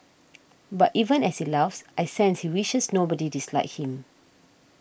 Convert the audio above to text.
but even as he laughs I sense he wishes nobody disliked him